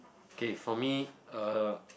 okay for me uh